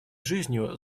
жизнью